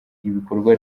ibikorwa